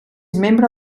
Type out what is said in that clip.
membre